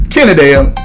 Kennedale